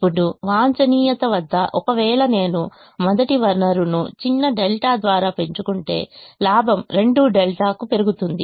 ఇప్పుడు వాంఛనీయ వద్ద ఒకవేళ నేను మొదటి వనరును చిన్న ẟ ద్వారా పెంచుకుంటే లాభం 2ẟ పెరుగుతుంది